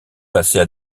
passées